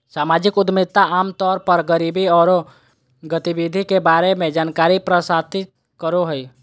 सामाजिक उद्यमिता आम तौर पर गरीबी औरो गतिविधि के बारे में जानकारी प्रसारित करो हइ